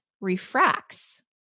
refracts